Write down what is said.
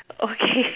okay